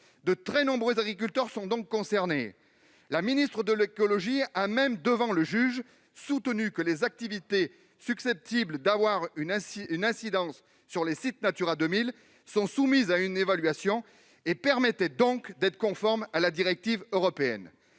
De très nombreux agriculteurs sont donc concernés. La ministre de la transition écologique a même soutenu devant le juge que les activités susceptibles d'avoir une incidence sur les sites Natura 2000 sont soumises à une évaluation, ce qui leur permettait donc d'être conformes à la directive européenne.